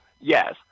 Yes